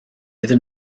iddyn